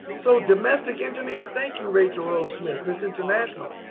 so domestic engineers. thank you rachel rose smith miss international,